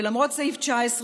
ולמרות סעיף 19,